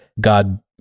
god